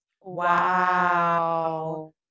Wow